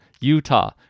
Utah